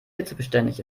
hitzebeständig